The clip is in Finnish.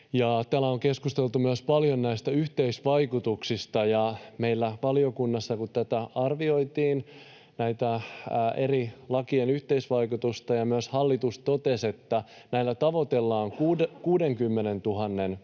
täällähän on keskusteltu myös paljon näistä yhteisvaikutuksista. Meillä valiokunnassa arvioitiin näiden eri lakien yhteisvaikutusta, ja myös hallitus totesi, että näillä tavoitellaan 60 000:n